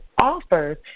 offers